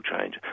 change